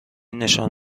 نشان